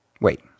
Wait